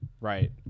Right